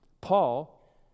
Paul